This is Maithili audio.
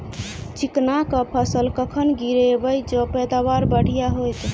चिकना कऽ फसल कखन गिरैब जँ पैदावार बढ़िया होइत?